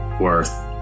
worth